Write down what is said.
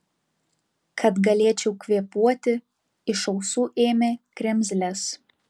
kad galėčiau kvėpuoti iš ausų ėmė kremzles